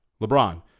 LeBron